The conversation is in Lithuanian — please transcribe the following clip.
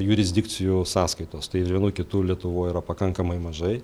jurisdikcijų sąskaitos tai ir vienų ir kitų lietuvoj yra pakankamai mažai